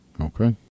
okay